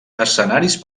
escenaris